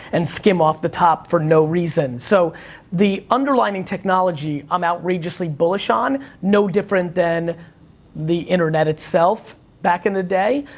and skim off the top for no reason, so the underlining underlining technology, i'm outrageously bullish on, no different than the internet itself back in the day.